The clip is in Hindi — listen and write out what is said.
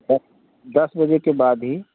दस दस बजे के बाद ही